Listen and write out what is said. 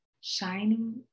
shining